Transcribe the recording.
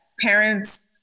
Parents